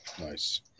Nice